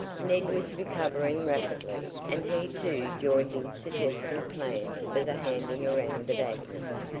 ned was recovering rapidly, and he too joined in suggesting plans for the handing around of agnes.